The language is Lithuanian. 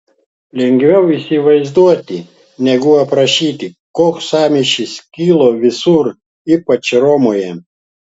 lengviau įsivaizduoti negu aprašyti koks sąmyšis kilo visur ypač romoje